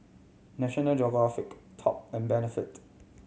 National Geographic Top and Benefit